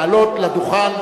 לעלות לדוכן.